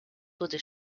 wurde